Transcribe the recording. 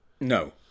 No